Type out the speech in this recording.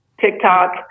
TikTok